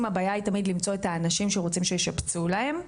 הבעיה היא תמיד למצוא את האנשים שישפצו להם,